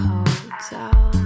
Hotel